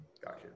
Gotcha